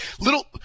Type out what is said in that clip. little